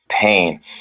pain